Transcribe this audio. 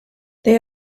they